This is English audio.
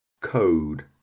Code